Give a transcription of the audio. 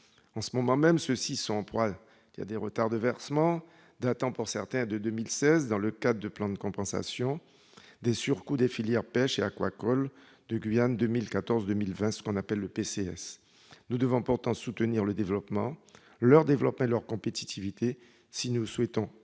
En ce moment même, ceux-ci sont en proie à des retards de versements, datant pour certains de 2016, dans le cadre du Plan de compensation des surcoûts des filières Pêche et Aquacole de Guyane 2014/2020- le PCS. Nous devons pourtant soutenir leur développement et leur compétitivité si nous souhaitons lutter